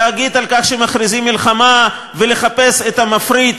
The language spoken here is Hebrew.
להגיד על כך שמכריזים מלחמה ולחפש את המפריד